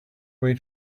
way